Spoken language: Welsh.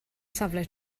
safle